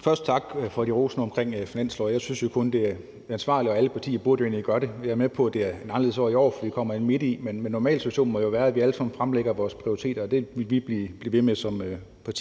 Først tak for de rosende ord omkring finanslovsforslaget. Jeg synes jo kun, at det er ansvarligt, og alle partier burde jo gøre det. Jeg er med på, at det er et anderledes år i år, fordi det kommer midt i året. Men den normale situation må jo være, at vi alle sammen fremlægger vores prioriteter, og det vil vi som parti blive ved med